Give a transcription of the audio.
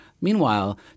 Meanwhile